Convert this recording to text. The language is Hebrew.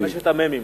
חמשת המ"מים.